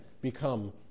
become